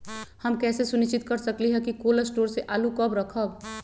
हम कैसे सुनिश्चित कर सकली ह कि कोल शटोर से आलू कब रखब?